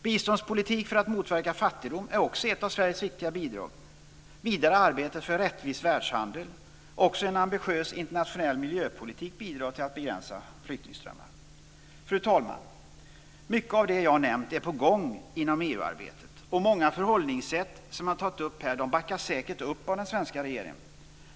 Biståndspolitik för att motverka fattigdom är också ett av Sveriges viktiga bidrag, liksom arbetet för rättvis världshandel. Också en ambitiös internationell miljöpolitik bidrar till att begränsa flyktingströmmar. Fru talman! Mycket av det jag har nämnt är på gång inom EU-arbetet. Många förhållningssätt som jag tagit upp här backas säkert också upp av den svenska regeringen.